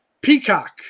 Peacock